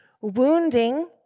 wounding